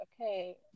okay